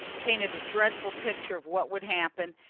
painted a dreadful picture of what would happen,